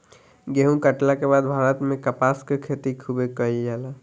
गेहुं काटला के बाद भारत में कपास के खेती खूबे कईल जाला